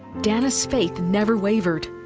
dana's faith never wavered.